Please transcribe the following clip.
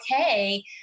okay